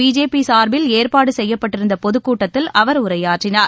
BJP சார்பில் ஏற்பாடு செய்யப்பட்டிருந்த பொதுக்கூட்டத்தில் அவர் உரையாற்றினார்